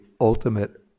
ultimate